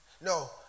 no